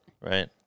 Right